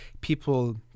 people